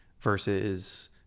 versus